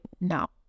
now